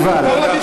הוא אמר.